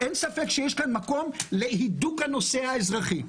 אין ספק שיש מקום להידוק הנושא האזרחי.